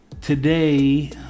Today